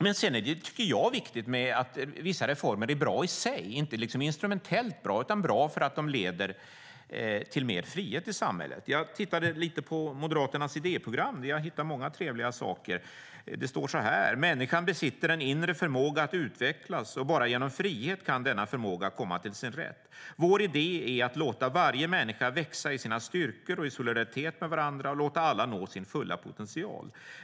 Jag tycker också att det är viktigt att vissa reformer är bra i sig, inte instrumentellt bra utan bra för att de leder till mer frihet i samhället. Jag tittade lite på Moderaternas idéprogram. Jag hittade många trevliga saker. Det står: "Människan besitter en inre förmåga att utvecklas och bara genom frihet kan denna förmåga komma till sin rätt. - Vår idé är att låta varje människa växa i sina styrkor och i solidaritet med varandra och låta alla nå sin fulla potential.